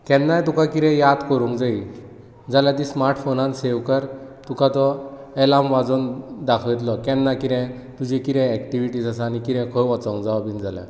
केन्नाय कितें तुका याद करूंक जायी जाल्यार ती स्मार्टफोनान सेव कर तुका तो अलार्म वाजोवन दाखयतलो केन्ना कितें तुजी ऍक्टीवीटी आनी केन्ना खंय वचूंक जावो बी जाल्यार